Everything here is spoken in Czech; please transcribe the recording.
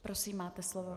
Prosím, máte slovo.